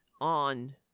on